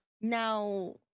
Now